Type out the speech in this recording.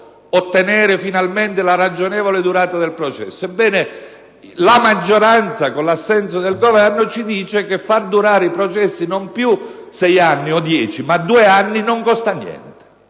ottenere finalmente la ragionevole durata del processo, la maggioranza, con l'assenso del Governo, sostiene che far durare i processi non più sei anni o dieci ma due anni non costa niente.